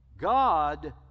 God